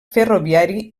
ferroviari